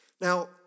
Now